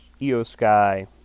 Eosky